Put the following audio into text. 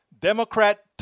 Democrat